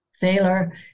Thaler